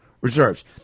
reserves